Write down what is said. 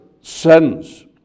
sins